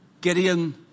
Gideon